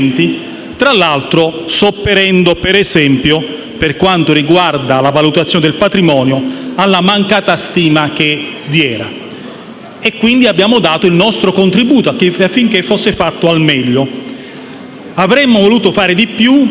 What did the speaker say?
tra l'altro sopperendo - per esempio - per quanto riguarda la valutazione del patrimonio, alla mancata stima. Quindi, abbiamo dato il nostro contributo affinché il provvedimento fosse fatto al meglio. Avremmo voluto fare di più,